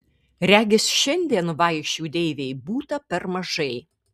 regis šiandien vaišių deivei būta per mažai